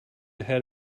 head